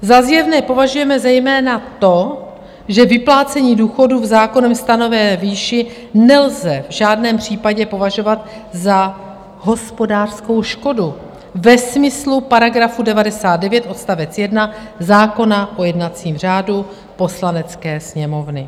Za zjevné považujeme zejména to, že vyplácení důchodů v zákonem stanovené výši nelze v žádném případě považovat za hospodářskou škodu ve smyslu § 99 odst. 1 zákona o jednacím řádu Poslanecké sněmovny.